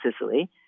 Sicily